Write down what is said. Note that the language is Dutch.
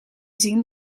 zien